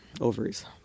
ovaries